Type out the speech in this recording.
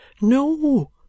No